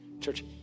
Church